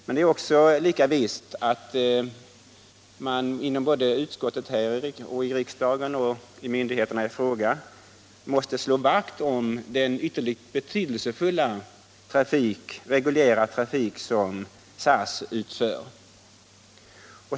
Men det är också lika visst att både utskottet, riksdagen och myndigheterna i fråga måste slå vakt om den ytterligt betydelsefulla reguljära trafik som SAS utför.